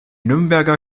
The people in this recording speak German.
nürnberger